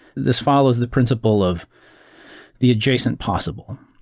this follows the principle of the adjacent possible,